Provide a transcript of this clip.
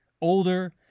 older